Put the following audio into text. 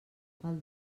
pel